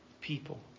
people